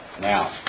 Now